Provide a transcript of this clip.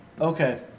okay